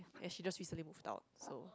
and she just recently moved out so